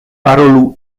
parolu